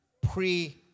pre